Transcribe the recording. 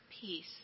peace